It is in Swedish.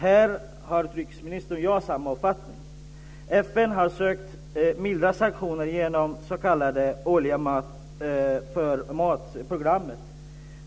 Här har utrikesministern och jag samma uppfattning. FN har sökt mildra sanktionerna genom det s.k. olja-för-mat-programmet.